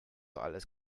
alles